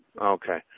Okay